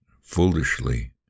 foolishly